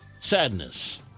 sadness